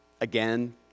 again